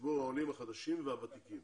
בציבור העולים החדשים והוותיקים